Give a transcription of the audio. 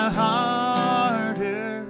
harder